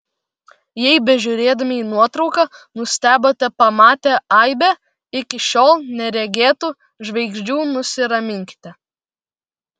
jei bežiūrėdami į nuotrauką nustebote pamatę aibę iki šiol neregėtų žvaigždžių nusiraminkite